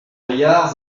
vrillard